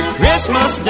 Christmas